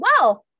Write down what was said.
wow